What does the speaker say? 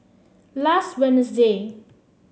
last